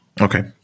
Okay